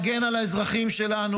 זה להגן על האזרחים שלנו,